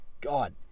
God